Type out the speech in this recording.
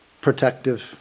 protective